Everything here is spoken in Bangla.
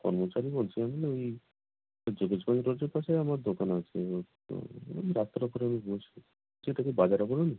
কর্মচারী বলছি আমি ওই যোগেশ পাশে আমার দোকান আছে ও তো ওই রাস্তার ওপরে আমি বসি ঠিক বাজার